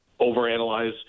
overanalyze